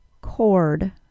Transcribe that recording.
cord